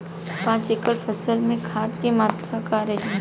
पाँच एकड़ फसल में खाद के मात्रा का रही?